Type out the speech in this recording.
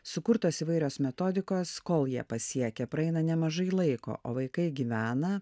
sukurtos įvairios metodikos kol ją pasiekia praeina nemažai laiko o vaikai gyvena